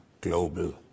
global